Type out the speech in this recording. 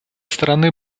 стороны